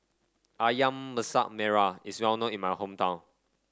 ayam Masak Merah is well known in my hometown